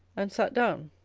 and sat down.